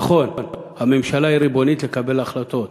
נכון, הממשלה ריבונית לקבל החלטות,